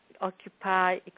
Occupy